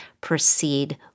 proceed